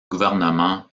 gouvernement